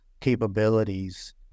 capabilities